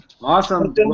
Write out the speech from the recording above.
Awesome